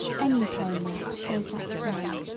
any plain lap shows that sign,